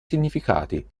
significati